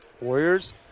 Warriors